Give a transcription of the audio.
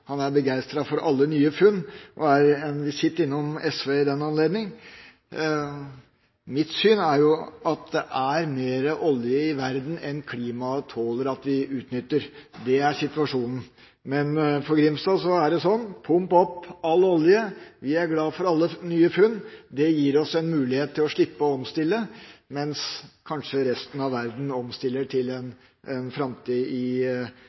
han er begeistret for alle nye funn og gjør en visitt til SV i den anledning. Mitt syn er jo at det er mer olje i verden enn klimaet tåler at vi utnytter. Det er situasjonen. Men for Grimstad er det slik: Pump opp all olje, vi er glad for alle nye funn, det gir oss en mulighet til å slippe å omstille oss, mens kanskje resten av verden omstiller seg til en framtid i